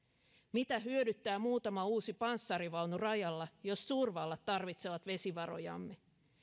mitä hyödyttää muutama uusi panssarivaunu rajalla jos suurvallat tarvitsevat vesivarojamme